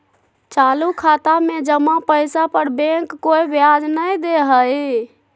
चालू खाता में जमा पैसा पर बैंक कोय ब्याज नय दे हइ